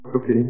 okay